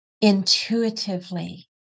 intuitively